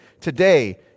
today